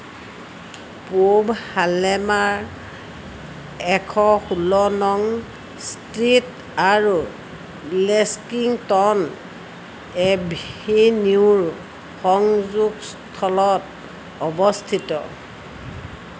পূব হালেমাৰ এশ ষোল্ল নং ষ্ট্ৰীট আৰু লেক্সিংটন এভিনিউৰ সংযোগস্থলত অৱস্থিত